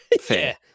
fair